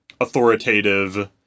authoritative